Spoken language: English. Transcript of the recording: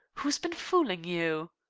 who's been fooling you?